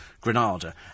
Granada